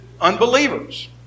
unbelievers